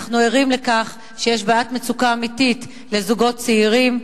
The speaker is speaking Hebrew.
אנחנו ערים לכך שיש בעיית מצוקה אמיתית לזוגות צעירים.